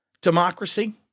democracy